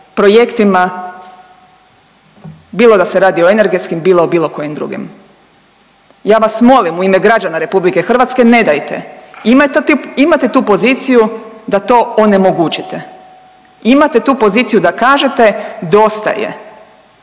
projektima bilo da se radi o energetskim, bilo o bilo kojim drugim. Ja vas molim u ime građana RH ne dajte, imate tu poziciju da to onemogućite, imate tu poziciju da kažete dosta je,